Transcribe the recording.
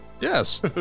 Yes